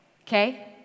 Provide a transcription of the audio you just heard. Okay